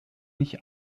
nicht